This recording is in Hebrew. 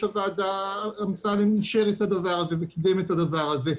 הוועדה אמסלם אישר את הדבר הזה וקידם את הדבר הזה.